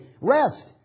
rest